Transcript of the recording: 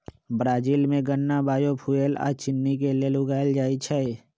Brazil में गन्ना biofuel आ चिन्नी के लेल उगाएल जाई छई